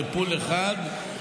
כְּפּוּל אחד,